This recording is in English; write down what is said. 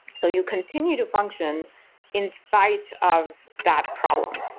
so you continue to function in spite of that problem,